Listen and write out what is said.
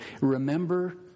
remember